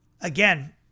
again